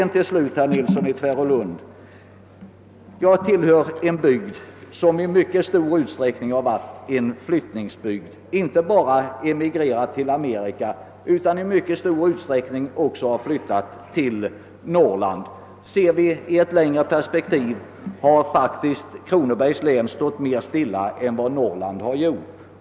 Till slut, herr Nilsson i Tvärålund: Jag bor i en bygd som i mycket stor utsträckning har varit en utflyttningsbygd; människorna där har inte bara emigrerat till Amerika utan också flyt tat till Norrland. Ser vi saken i ett längre perspektiv har. faktiskt Kronobergs län stått mer stilla än Norrland.